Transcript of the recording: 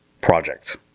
Project